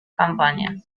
campañas